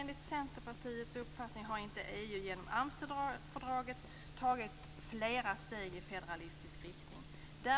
Enligt Centerpartiets uppfattning har EU genom Amsterdamfördraget inte tagit flera steg i federalistisk riktning.